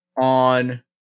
on